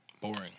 Boring